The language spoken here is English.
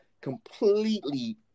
completely